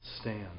stand